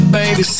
baby